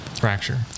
fracture